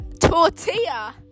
tortilla